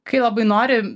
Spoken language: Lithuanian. kai labai nori